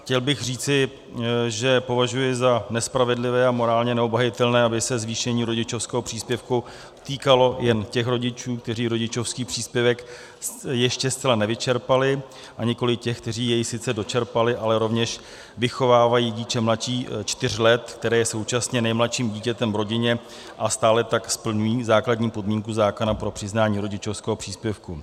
Chtěl bych říci, že považuji za nespravedlivé a morálně neobhajitelné, aby se zvýšení rodičovského příspěvku týkalo jen těch rodičů, kteří rodičovský příspěvek ještě zcela nevyčerpali, a nikoli těch, kteří jej sice dočerpali, ale rovněž vychovávají dítě mladší čtyř let, které je současně nejmladším dítětem v rodině, a stále tak splňují základní podmínku zákona pro přiznání rodičovského příspěvku.